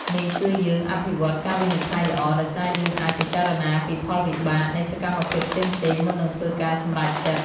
នេះជួយយើង អភិវឌ្ឍការវិនិច្ឆ័យល្អ ដោយសារយើងអាចពិចារណាពីផលវិបាកនៃសកម្មភាពផ្សេងៗមុននឹងធ្វើការសម្រេចចិត្ត។